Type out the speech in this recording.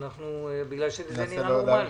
ממשיכים בהקראה.